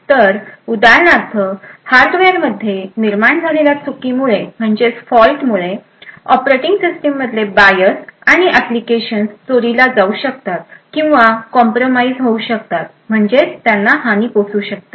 तर उदाहरणार्थ हार्डवेअर मध्ये निर्माण झालेल्या चुकी मुळे ऑपरेटिंग सिस्टिम मधले बायस आणि एप्लीकेशन्स चोरीला जाऊ शकतात किंवा कॉम्प्रमाईज होऊ शकतात म्हणजेच त्यांना हानी पोहोचू शकते